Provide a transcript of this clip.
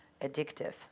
addictive